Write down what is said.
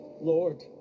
Lord